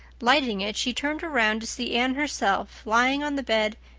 lighting it, she turned around to see anne herself lying on the bed,